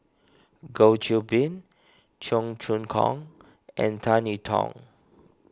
Goh Qiu Bin Cheong Choong Kong and Tan I Tong